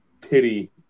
pity